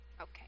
Okay